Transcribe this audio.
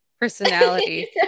Personality